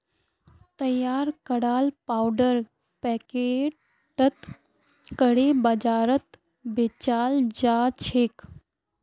तैयार कराल पाउडर पैकेटत करे बाजारत बेचाल जाछेक